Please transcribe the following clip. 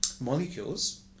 molecules